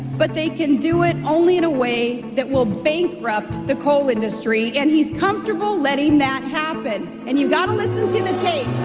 but they can do it only in a way that will bankrupt the coal industry. and he's comfortable letting that happen. and you've got to listen to the tape